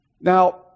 Now